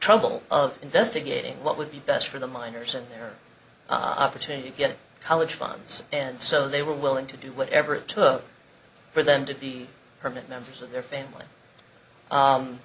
trouble of investigating what would be best for the minors and their opportunity to get college funds and so they were willing to do whatever it took for them to be permanent members of their family